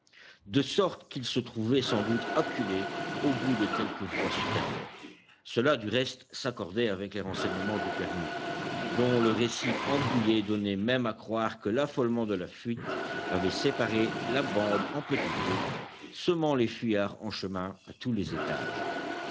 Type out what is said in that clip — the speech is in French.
de sorte qu'ils se trouvaient sans doute acculés au bout de quelque voie supérieure cela du reste s'accordait avec les renseignements du père mouque dont le récit embrouillé donnait même à croire que l'affolement de la fuite avait séparé la bande en petits groupes semant les fuyards en chemin à tous les étages